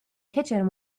kitchen